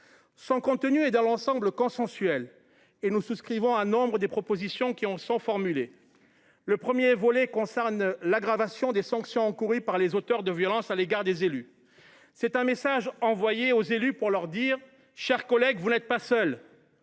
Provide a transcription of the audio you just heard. Son contenu est dans l’ensemble consensuel et nous souscrivons à nombre des propositions qui sont formulées. Le premier volet concerne l’aggravation des sanctions encourues par les auteurs de violences à l’égard des élus. Le message ainsi envoyé aux élus est le suivant :« Chers collègues, vous n’êtes pas seuls.